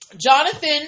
Jonathan